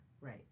Right